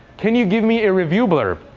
can you give me a review blurb?